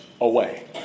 away